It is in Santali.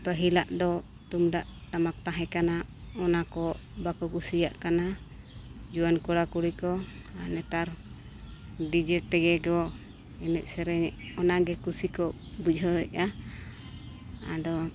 ᱯᱟᱹᱦᱤᱞᱟᱜ ᱫᱚ ᱛᱩᱢᱫᱟᱜ ᱴᱟᱢᱟᱠ ᱛᱟᱦᱮᱸ ᱠᱟᱱᱟ ᱚᱱᱟ ᱠᱚ ᱵᱟᱠᱚ ᱠᱩᱥᱤᱭᱟᱜ ᱠᱟᱱᱟ ᱡᱩᱣᱟᱹᱱ ᱠᱚᱲᱟᱼᱠᱩᱲᱤ ᱠᱚ ᱟᱨ ᱱᱮᱛᱟᱨ ᱰᱤᱡᱮ ᱛᱮᱜᱮ ᱠᱚ ᱮᱱᱮᱡ ᱥᱮᱨᱮᱧᱮᱫ ᱠᱟᱱᱟ ᱚᱱᱟᱜᱮ ᱠᱩᱥᱤᱠᱚ ᱵᱩᱡᱷᱟᱹᱣᱮᱫᱼᱟ ᱟᱫᱚ